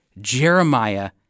Jeremiah